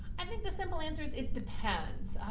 and think the simple answer is it depends.